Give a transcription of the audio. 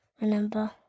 remember